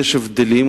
הבדלים,